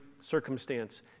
Circumstance